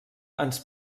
ens